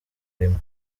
rimwe